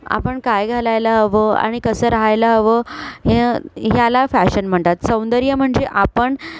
आपण काय घालायला हवं आणि कसं राहायला हवं हे ह्याला फॅशन म्हणतात सौंदर्य म्हणजे आपण